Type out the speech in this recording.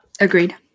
agreed